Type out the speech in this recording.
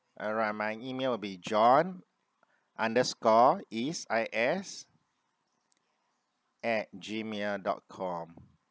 alright my email will be john underscore is I S at gmail dot com